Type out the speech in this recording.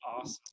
Awesome